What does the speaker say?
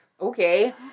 okay